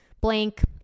Blank